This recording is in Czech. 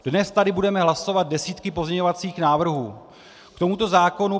Dnes tady budeme hlasovat desítky pozměňovacích návrhů k tomuto zákonu.